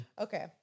Okay